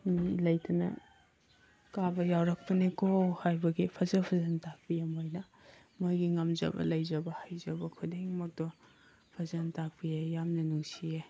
ꯂꯩꯇꯅ ꯀꯥꯕ ꯌꯥꯎꯔꯛꯄꯅꯤꯀꯣ ꯍꯥꯏꯕꯒꯤ ꯐꯖ ꯐꯖꯅ ꯇꯥꯛꯄꯤ ꯃꯣꯏꯅ ꯃꯣꯏꯒꯤ ꯉꯝꯖꯕ ꯂꯩꯖꯕ ꯍꯩꯖꯕ ꯈꯨꯗꯤꯡꯃꯛꯇꯣ ꯐꯖꯅ ꯇꯥꯛꯄꯤꯌꯦ ꯌꯥꯝꯅ ꯅꯨꯡꯁꯤꯌꯦ